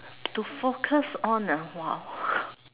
to focus on ah !wow!